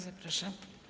Zapraszam.